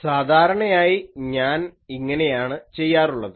സാധാരണയായി ഞാൻ ഇങ്ങനെയാണ് ചെയ്യാറുള്ളത്